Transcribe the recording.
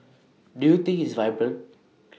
do you think it's vibrant